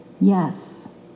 Yes